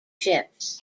ships